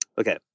Okay